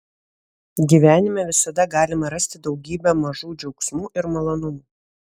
gyvenime visada galima rasti daugybę mažų džiaugsmų ir malonumų